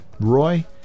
Roy